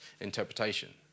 interpretation